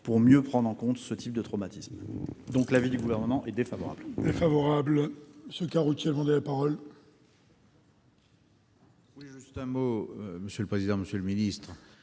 pour mieux prendre en compte ce type de traumatismes. L'avis du Gouvernement est donc défavorable.